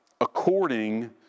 according